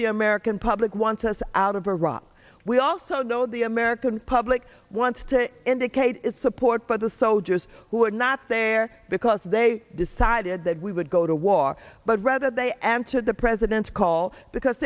the american public wants us out of iraq we also know the american public wants to indicate its support for the soldiers who are not there because they decided that we would go to war but rather they answered the president's call because